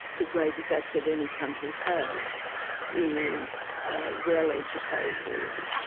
the greatest asset any country has is a well-educated,